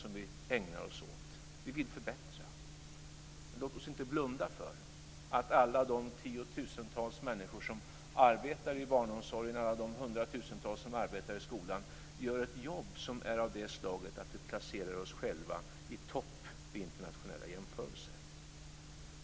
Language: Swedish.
Det ägnar vi oss åt. Vi vill förbättra, men låt oss inte blunda för att alla de tiotusentals människor som arbetar i barnomsorgen och alla de hundratusentals som arbetar i skolan gör ett jobb som är av det slaget att vi placerar oss själva i topp vid internationella jämförelser.